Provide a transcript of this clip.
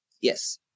Yes